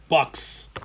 Bucks